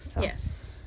Yes